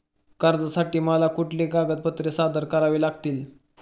कर्जासाठी मला कुठली कागदपत्रे सादर करावी लागतील?